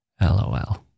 LOL